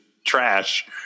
trash